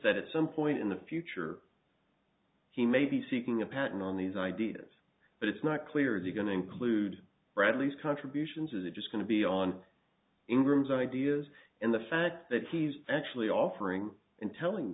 that at some point in the future he may be seeking a patent on these ideas but it's not clear if you're going to include bradley's contributions are just going to be on ingram's ideas and the fact that he's actually offering and telling